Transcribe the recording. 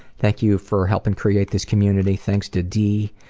thank you for helping create this community. thanks to d.